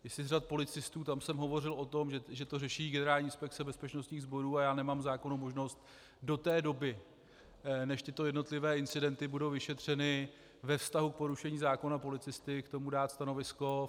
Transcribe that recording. Jestli z řad policistů tam jsem hovořil o tom, že to řeší Generální inspekce bezpečnostních sborů a já nemám zákonnou možnost do té doby, než tyto jednotlivé incidenty budou vyšetřeny ve vztahu k porušení zákona policisty, k tomu dát stanovisko.